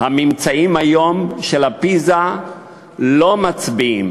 הממצאים של פיז"ה היום לא מצביעים